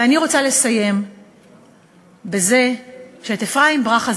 ואני רוצה לסיים בזה שאת אפרים ברכה,